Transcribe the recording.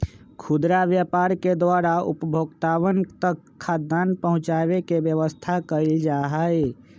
खुदरा व्यापार के द्वारा उपभोक्तावन तक खाद्यान्न पहुंचावे के व्यवस्था कइल जाहई